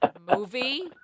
movie